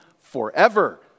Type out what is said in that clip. forever